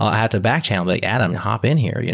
i'll add a back channel like, adam, hop in here, you know